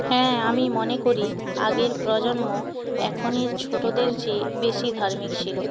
হ্যাঁ আমি মনে করি আগের প্রজন্ম এখনের ছোটদের চেয়ে বেশি ধার্মিক ছিল